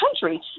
country